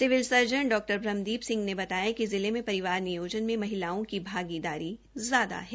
civil surgeon डॉ ब्रह्मदीप सिंह ने बताया कि जिले मे परिवार नियोजन में महिलाओ की भागीदारी ज्यादा है